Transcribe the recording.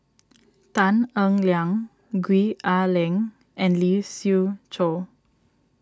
Tan Eng Liang Gwee Ah Leng and Lee Siew Choh